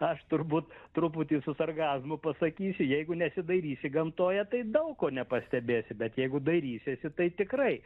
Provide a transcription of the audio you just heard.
aš turbūt truputį su sarkazmu pasakysiu jeigu nesidairysi gamtoje tai daug ko nepastebėsi bet jeigu dairysiesi tai tikrai